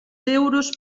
euros